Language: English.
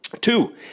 Two